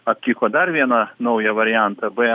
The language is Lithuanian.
aptiko dar vieną naują variantą b